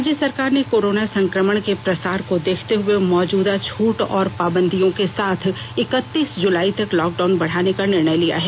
राज्य सरकार ने कोरोना संक्रमण के प्रसार को देखते हुए मौजूदा छूट और पाबंदियों के साथ इकतीस जुलाई तक लॉकडाउन बढ़ाने का निर्णय लिया है